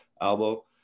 elbow